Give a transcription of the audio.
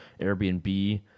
Airbnb